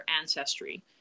ancestry